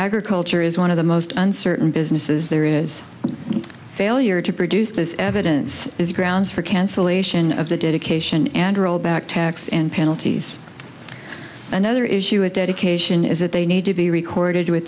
agriculture is one of the most uncertain businesses there is failure to produce this evidence is grounds for cancellation of the dedication and rollback tax and penalties another issue of dedication is that they need to be recorded with